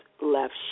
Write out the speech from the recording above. left